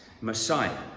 Messiah